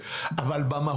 אבל אותו